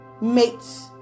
mate's